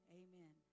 amen